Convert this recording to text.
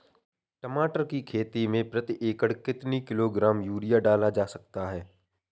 टमाटर की खेती में प्रति एकड़ कितनी किलो ग्राम यूरिया डाला जा सकता है?